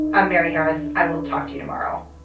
i'm mary harris. i will talk to you tomorrow